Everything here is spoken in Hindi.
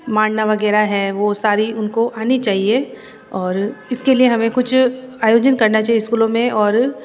मांडना वगैरह है वो सारी उनको आनी चाहिए और इसके लिए हमें कुछ आयोजन करना चहिए स्कूलों में और